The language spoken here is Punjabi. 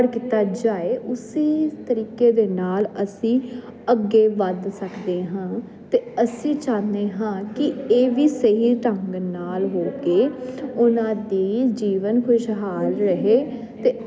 ਰਿਕਾਰਡ ਕੀਤਾ ਜਾਏ ਉਸੇ ਤਰੀਕੇ ਦੇ ਨਾਲ ਅਸੀਂ ਅੱਗੇ ਵੱਧ ਸਕਦੇ ਹਾਂ ਤੇ ਅਸੀਂ ਚਾਹੁੰਦੇ ਹਾਂ ਕੀ ਇਹ ਵੀ ਸਹੀ ਢੰਗ ਨਾਲ ਹੋ ਕੇ ਉਹਨਾਂ ਦੇ ਜੀਵਨ ਖੁਸ਼ਹਾਲ ਰਹੇ ਤੇ